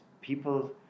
people